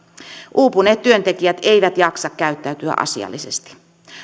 uupuneet työntekijät eivät jaksa käyttäytyä asiallisesti